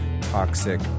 toxic